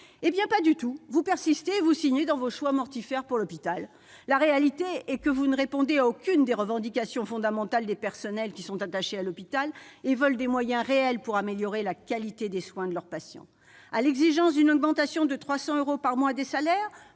Eh bien, pas du tout : vous persistez et vous signez dans vos choix mortifères pour l'hôpital. La réalité, c'est que vous ne répondez à aucune des revendications fondamentales des personnels qui sont attachés à l'hôpital et qui veulent des moyens réels pour améliorer la qualité des soins de leurs patients. À l'exigence d'une augmentation de 300 euros par mois des salaires,